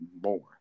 more